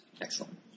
Excellent